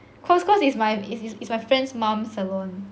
cause cause it's my it's my friend's mom salon